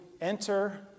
enter